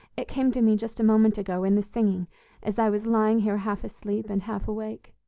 it came to me just a moment ago in the singing as i was lying here half asleep and half awake.